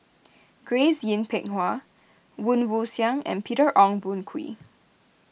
Grace Yin Peck Ha Woon Wah Siang and Peter Ong Boon Kwee